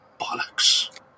bollocks